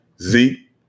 Zeke